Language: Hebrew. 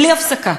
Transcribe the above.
בלי הפסקה.